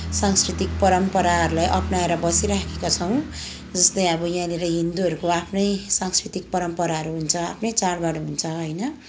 सांस्कृतिक परम्पराहरूलाई अप्नाएर बसिराखेका छौँ जस्तै अब यहाँनिर हिन्दुहरूको आफ्नै सांस्कृतिक परम्पराहरू हुन्छ आफ्नै चाडबाड हुन्छ होइन